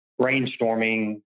brainstorming